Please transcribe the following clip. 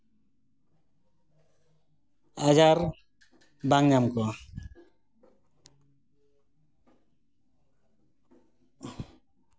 ᱟᱡᱟᱨ ᱵᱟᱝ ᱧᱟᱢ ᱠᱚᱣᱟ